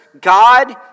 God